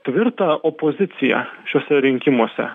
tvirtą opoziciją šiuose rinkimuose